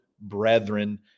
brethren